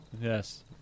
Yes